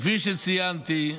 כפי שציינתי,